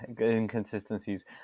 inconsistencies